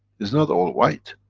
is not all white.